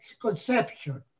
conception